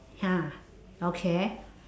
ya okay